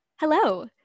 Hello